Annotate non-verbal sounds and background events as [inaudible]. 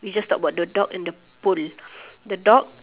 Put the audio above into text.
we just talk about the dog and the pole [breath] the dog